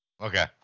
Okay